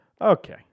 Okay